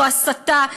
זאת הסתה.